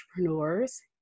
entrepreneurs